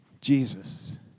Jesus